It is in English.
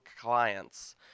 clients